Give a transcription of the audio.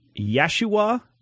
yeshua